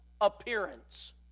appearance